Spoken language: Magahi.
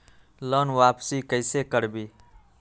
लोन वापसी कैसे करबी?